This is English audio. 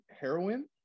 heroin